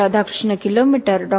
Radhakrishna kilometre Dr